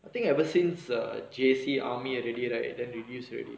I think ever since J_C army already right then they use already